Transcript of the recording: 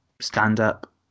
stand-up